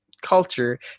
culture